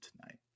tonight